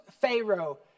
Pharaoh